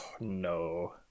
no